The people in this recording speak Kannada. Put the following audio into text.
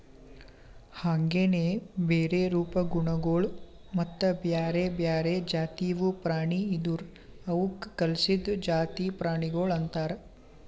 ಹಾಂಗೆನೆ ಬೇರೆ ರೂಪ, ಗುಣಗೊಳ್ ಮತ್ತ ಬ್ಯಾರೆ ಬ್ಯಾರೆ ಜಾತಿವು ಪ್ರಾಣಿ ಇದುರ್ ಅವುಕ್ ಕಲ್ಸಿದ್ದು ಜಾತಿ ಪ್ರಾಣಿಗೊಳ್ ಅಂತರ್